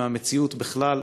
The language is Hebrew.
מהמציאות בכלל,